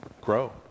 grow